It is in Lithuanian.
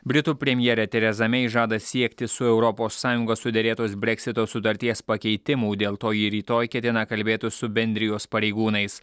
britų premjerė tereza mei žada siekti su europos sąjunga suderėtos breksito sutarties pakeitimų dėl to ji rytoj ketina kalbėtis su bendrijos pareigūnais